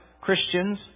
Christians